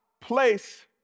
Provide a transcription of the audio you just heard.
place